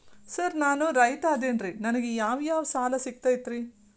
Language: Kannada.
ಸರ್ ನಾನು ರೈತ ಅದೆನ್ರಿ ನನಗ ಯಾವ್ ಯಾವ್ ಸಾಲಾ ಸಿಗ್ತೈತ್ರಿ?